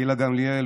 גילה גמליאל,